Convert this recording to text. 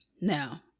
Now